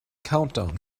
countdown